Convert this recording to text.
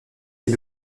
est